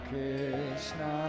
Krishna